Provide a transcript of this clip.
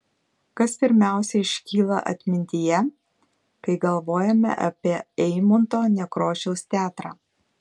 kas pirmiausia iškyla atmintyje kai galvojame apie eimunto nekrošiaus teatrą